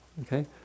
Okay